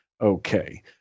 okay